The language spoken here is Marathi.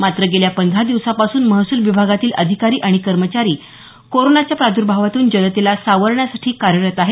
मात्र गेल्या पंधरा दिवसापासून महसूल विभागातील अधिकारी आणि कर्मचारी कोरोनाच्या प्रादुर्भावातून जनतेला सावरण्यासाठी कार्यरत आहेत